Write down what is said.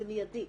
מיידי.